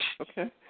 Okay